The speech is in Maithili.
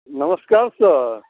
नमस्कार सर